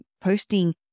posting